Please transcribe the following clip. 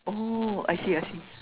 oh I see I see